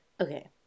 Okay